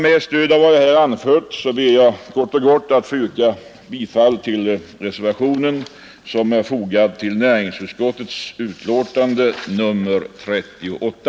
Med stöd av vad jag här har anfört ber jag att få yrka bifall till den reservation som är fogad till näringsutskottets betänkande nr 38.